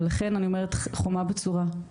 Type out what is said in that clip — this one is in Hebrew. ולכן אני אומרת חומה בצורה,